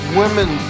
women